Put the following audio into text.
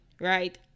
right